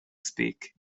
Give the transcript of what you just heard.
speak